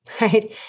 right